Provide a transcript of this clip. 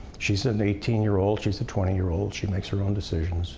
she's an eighteen year old, she's a twenty year old, she makes her own decisions